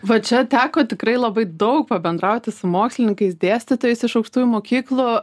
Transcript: va čia teko tikrai labai daug pabendrauti su mokslininkais dėstytojais iš aukštųjų mokyklų